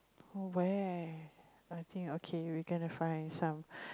where I think okay we cannot find some